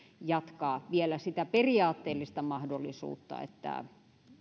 jatkaa vielä sitä periaatteellista mahdollisuutta että